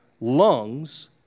lungs